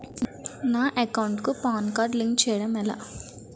నా అకౌంట్ కు PAN card link చేయడం ఎలా?